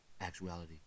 actuality